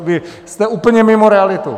vy jste úplně mimo realitu!